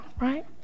Right